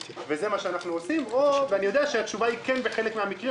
וזה מה שאנחנו עושים - ואני יודע שהתשובה היא כן בחלק מהמקרים,